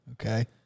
Okay